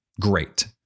Great